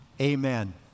Amen